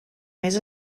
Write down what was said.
més